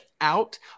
out